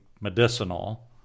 medicinal